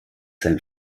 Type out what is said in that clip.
sein